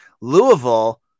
Louisville